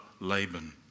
Laban